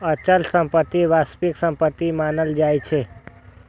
अचल संपत्ति वास्तविक संपत्ति मानल जाइ छै